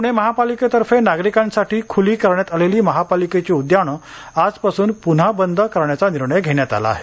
प्णे महापालिकेतर्फे नागरिकांसाठी खुली करण्यात आलेली महापालिकेची उद्याने आजपासून पुन्हा बंद करण्याचा निर्णय घेण्यात आला आहे